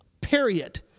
period